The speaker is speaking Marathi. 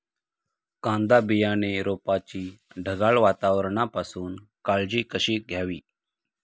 कांदा बियाणे रोपाची ढगाळ वातावरणापासून काळजी कशी घ्यावी?